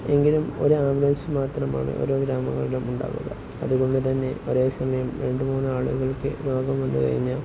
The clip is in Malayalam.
എങ്കിലും ഒരു ആംബുലൻസ് മാത്രമാണ് ഓരോ ഗ്രാമങ്ങളിലും ഉണ്ടാവുക അതുകൊണ്ടുതന്നെ ഒരേ സമയം രണ്ട് മൂന്നാളുകൾക്ക് രോഗം വന്നുകഴിഞ്ഞാൽ